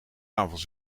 tafels